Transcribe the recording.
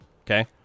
okay